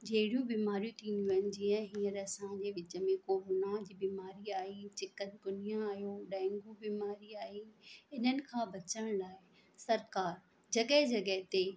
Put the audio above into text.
जहिड़ियूं बिमारियूं थींदियूं आहिनि जीअं हींअर असांजे विच में कोरोना जी बिमारी आई चिकनगुनिया आहियो डेंगू बीमारी आई इन्हनि खां बचण लाइ सरकार जॻहि जॻहि ते